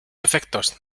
efectos